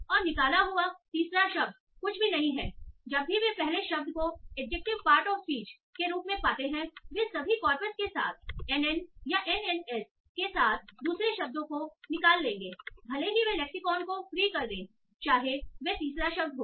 और निकाला हुआ तीसरा शब्द कुछ भी नहीं है जब भी वे पहले शब्द को एडजेक्टिव पार्ट ऑफ स्पीच के रूप में पाते हैं वे सभी कॉर्पस के साथ एनएन या एनएनएस के साथ दूसरे शब्द को वे निकाल देंगे भले ही वे लेक्सिकॉन को फ्री कर दें चाहे वह तीसरा शब्द हो